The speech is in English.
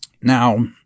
Now